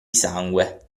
sangue